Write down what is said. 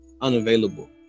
unavailable